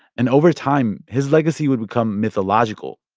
and over time, his legacy would become mythological.